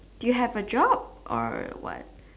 do you have a job or what